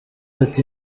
ati